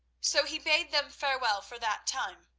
so he bade them farewell for that time,